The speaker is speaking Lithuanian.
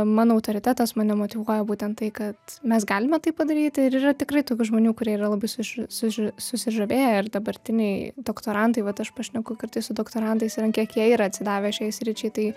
mano autoritetas mane motyvuoja būtent tai kad mes galime tai padaryti ir yra tikrai tokių žmonių kurie yra labai suži suži susižavėję ir dabartiniai doktorantai vat aš pašneku kartais su doktorantais ir ant kiek jie yra atsidavę šiai sričiai tai